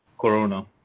Corona